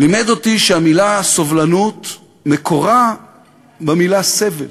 לימד אותי שהמילה סובלנות מקורה במילה סבל,